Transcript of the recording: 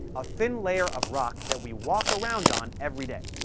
a thin layer of rock that we walk around on every day.